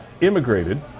immigrated